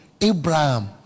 Abraham